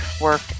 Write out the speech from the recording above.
work